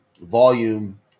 volume